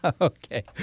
Okay